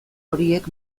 horiek